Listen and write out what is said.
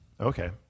Okay